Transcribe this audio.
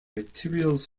materials